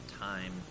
time